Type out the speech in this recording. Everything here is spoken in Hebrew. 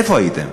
איפה הייתם?